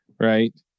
Right